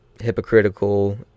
hypocritical